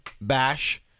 bash